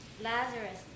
lazarus